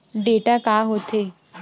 Data का होथे?